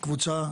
קבוצה,